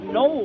no